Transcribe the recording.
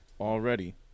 already